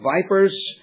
vipers